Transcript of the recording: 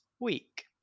week